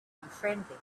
unfriendly